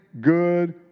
good